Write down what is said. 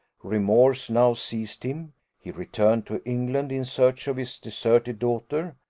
remorse now seized him he returned to england in search of his deserted daughter.